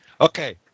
Okay